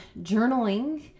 journaling